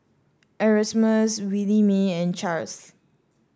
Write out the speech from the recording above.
Erasmus Williemae and Charls